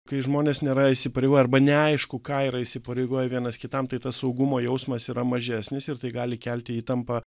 kai žmonės nėra įsipareigoję arba neaišku ką yra įsipareigoję vienas kitam tai tas saugumo jausmas yra mažesnis ir tai gali kelti įtampą